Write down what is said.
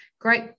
great